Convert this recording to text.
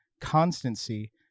constancy